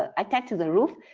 ah attached to the roof,